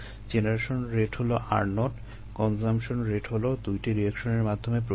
generation rate হলো r0 consumption rate হলো দুইটি রিয়েকশনের মাধ্যমে প্রকাশিত